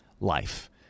life